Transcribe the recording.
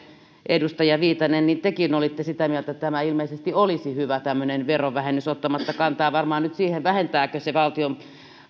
edustaja viitanen tekin olitte sitä mieltä että tämä ilmeisesti olisi hyvä tämmöinen verovähennys ottamatta kantaa varmaan nyt siihen vähentääkö se valtion